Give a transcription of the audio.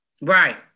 Right